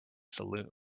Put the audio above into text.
saloon